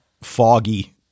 foggy